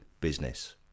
business